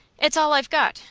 it's all i've got.